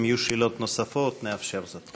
אם יהיו שאלות נוספות, נאפשר זאת.